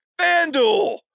FanDuel